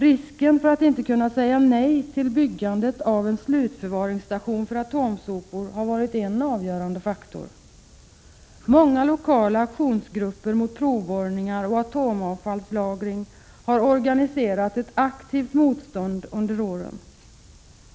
Risken för att inte kunna säga nej till byggandet av en slutförvaringsstation för atomsopor har varit en avgörande faktor. Många lokala aktionsgrupper mot provborrningar och atomavfallslagring har under åren organiserat ett aktivt motstånd.